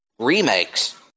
remakes